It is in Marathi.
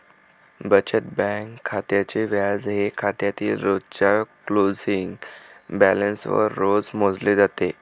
बचत बँक खात्याचे व्याज हे खात्यातील रोजच्या क्लोजिंग बॅलन्सवर रोज मोजले जाते